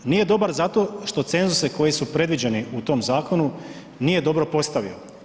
Nije dobar zato što cenzuse koji su predviđeni u tom zakonu, nije dobro postavio.